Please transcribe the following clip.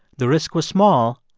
the risk was small,